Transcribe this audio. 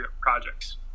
projects